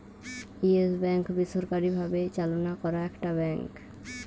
yes Bank বেসরকারি ভাবে চালনা করা একটা ব্যাঙ্ক